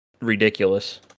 ridiculous